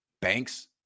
Banks